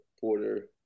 porter